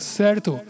certo